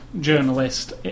journalist